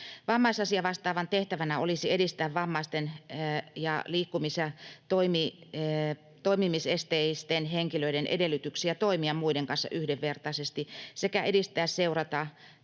Vammaisasiavastaavan tehtävänä olisi edistää vammaisten ja liikkumis- ja toimimisesteisten henkilöiden edellytyksiä toimia muiden kanssa yhdenvertaisesti sekä edistää, seurata